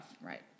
right